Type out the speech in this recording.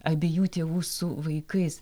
abiejų tėvų su vaikais